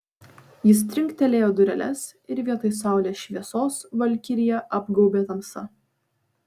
jis trinktelėjo dureles ir vietoj saulės šviesos valkiriją apgaubė tamsa